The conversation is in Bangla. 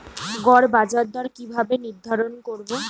গড় বাজার দর কিভাবে নির্ধারণ করব?